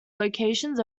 locations